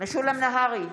משולם נהרי,